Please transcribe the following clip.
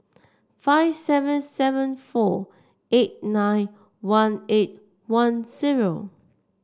five seven seven four eight nine one eight one zero